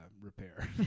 repair